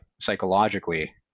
psychologically